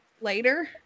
later